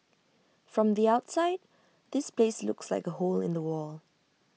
from the outside this place looks like A hole in the wall